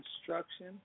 instruction